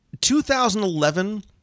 2011